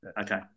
Okay